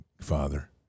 Father